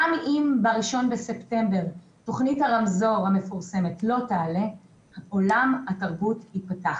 גם אם ב-1 בספטמבר תוכנית הרמזור המפורסמת לא יעלה שעולם התרבות ייפתח.